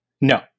No